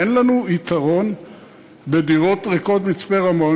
אין לנו יתרון בדירות ריקות במצפה-רמון,